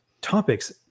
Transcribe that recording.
topics